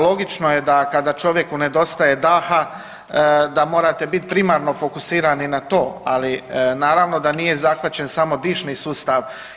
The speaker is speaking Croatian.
Logično je da kada čovjeku nedostaje daha da morate biti primarno fokusirani na to, ali naravno da nije zahvaćen samo dišni sustav.